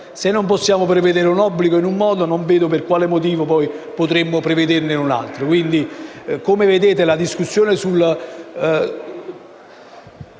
Se non possiamo prevedere un obbligo in un modo, non vedo per quale motivo potremmo poi prevederne un altro.